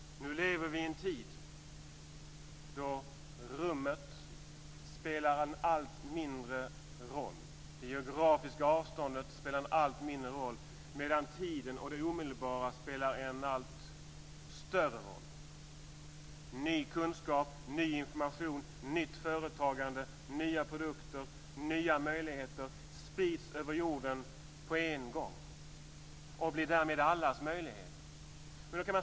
Nu lever vi i en tid då rummet och det geografiska avståndet spelar en allt mindre roll medan tiden och det omedelbara spelar en allt större roll. Ny kunskap, ny information, nytt företagande, nya produkter och nya möjligheter sprids över jorden på en gång och blir därmed allas möjligheter.